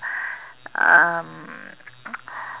um